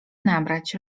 nabrać